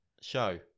show